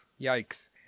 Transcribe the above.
Yikes